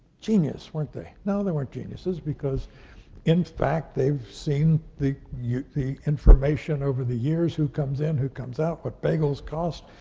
genius, weren't they? no, they weren't geniuses, because in fact, they've seen the yeah the information over the years, who comes in, who comes out, what bagels cost,